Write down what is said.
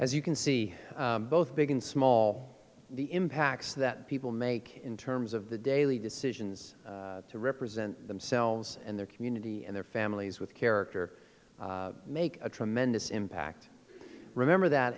as you can see both big and small the impacts that people make in terms of the daily decisions to represent themselves and their community and their families with character make a tremendous impact remember that